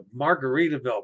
Margaritaville